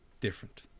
different